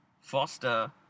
foster